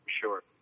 sure